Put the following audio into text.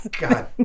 God